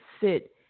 sit